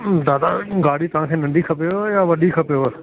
दादा गाॾी तव्हांखे नंढी खपेव या वॾी खपेव